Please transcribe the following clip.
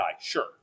sure